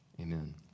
amen